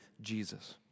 Jesus